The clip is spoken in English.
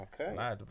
okay